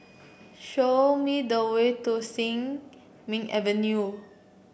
show me the way to Sin Ming Avenue